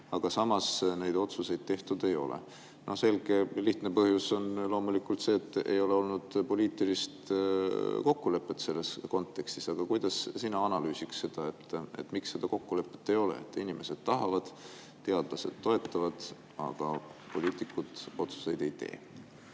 aga samas neid otsuseid tehtud ei ole. Selge, lihtne põhjus on loomulikult see, et ei ole olnud poliitilist kokkulepet selles kontekstis. Aga kuidas sina analüüsiks seda, miks seda kokkulepet ei ole? Inimesed tahavad, teadlased toetavad, aga poliitikud otsuseid ei tee.